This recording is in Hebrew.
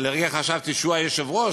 שלרגע חשבתי שהוא היושב-ראש,